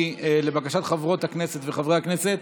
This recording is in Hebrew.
לבקשת חברות הכנסת וחברי הכנסת,